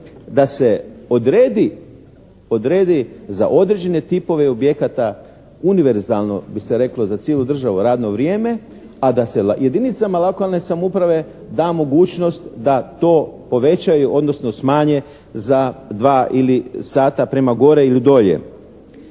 da se odredi za određene tipove objekata, univerzalno bi se reklo za cijelu državu radno vrijeme, a da se jedinicama lokalne samouprave da mogućnost da to povećaju, odnosno smanje za 2 ili sata prema gore ili dolje.